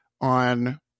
on